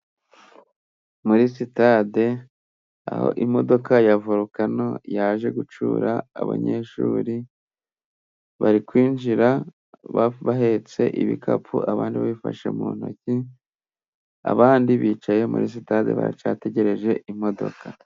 Muri sitade aho imodoka ya Volukano yaje gucyura abanyeshuri, bari kwinjira bahetse ibikapu, abandi babifashe mu ntoki, abandi bicaye muri sitade, baracyategereje imodoka.